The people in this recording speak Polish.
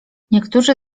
niektórzy